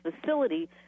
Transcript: facility